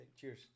cheers